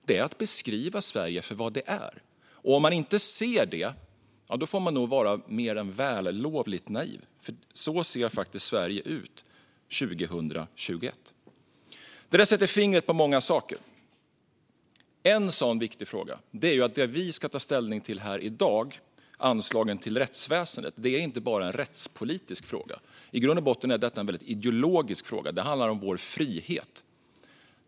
Det är att beskriva Sverige för vad det är. Om man inte ser det får man nog vara mer än vällovligt naiv, för så ser faktiskt Sverige ut 2021. Det sätter fingret på många saker. En sådan viktig sak är att det vi ska ta ställning till här i dag, anslagen till rättsväsendet, inte bara är en rättspolitisk fråga. I grund och botten är det en väldigt ideologisk fråga. Det handlar om vår frihet.